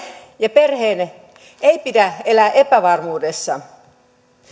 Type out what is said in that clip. ja perheen ei pidä elää epävarmuudessa